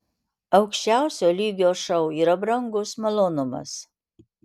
aukščiausio lygio šou yra brangus malonumas